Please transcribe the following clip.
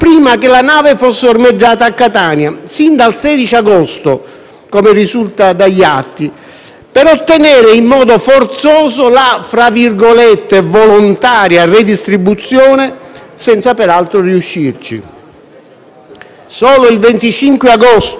per ottenere in modo forzoso la «volontaria redistribuzione», senza peraltro riuscirci. Solo il 25 agosto, quando si acquisisce la disponibilità dell'Albania, dell'Irlanda e della CEI,